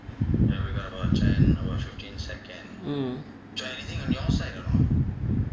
mm